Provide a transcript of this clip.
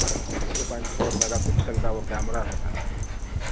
to point four megapixel کا وہ camera رہتا ہے سر